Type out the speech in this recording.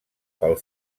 pel